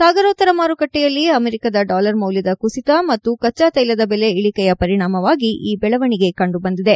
ಸಾಗರೋತ್ತರ ಮಾರುಕಟ್ಟೆಯಲ್ಲಿ ಅಮೆರಿಕದ ಡಾಲರ್ ಮೌಲ್ಯದ ಕುಸಿತ ಮತ್ತು ಕಚ್ಚಾ ತೈಲದ ಬೆಲೆ ಇಳಿಕೆಯ ಪರಿಣಾಮವಾಗಿ ಈ ಬೆಳವಣಿಗೆ ಕಂದು ಬಂದಿದೆ